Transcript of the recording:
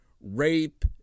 rape